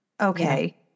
Okay